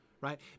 right